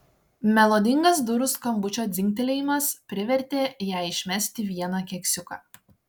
melodingas durų skambučio dzingtelėjimas privertė ją išmesti vieną keksiuką